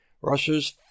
Russia's